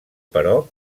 però